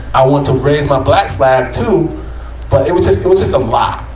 i wanted to raise my black flag, too. but it was just, it was just a lot.